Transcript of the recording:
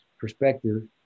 perspective